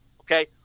Okay